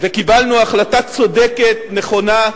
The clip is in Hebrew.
וקיבלנו החלטה צודקת, נכונה,